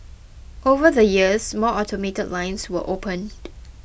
over the years more automated lines were opened